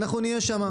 אנחנו נהיה שם.